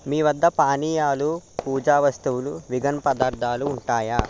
మీ వద్ద పానీయాలు పూజా వస్తువులు వీగన్ పదార్థాలు ఉంటాయా